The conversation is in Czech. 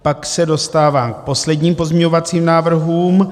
Pak se dostávám k posledním pozměňovacím návrhům.